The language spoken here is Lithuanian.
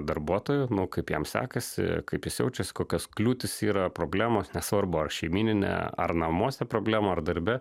darbuotoju kaip jam sekasi kaip jis jaučiasi kokias kliūtis tai yra problemos nesvarbu ar šeimyninė ar namuose problema ar darbe